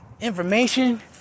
information